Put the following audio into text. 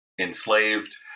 enslaved